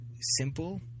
simple